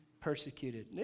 persecuted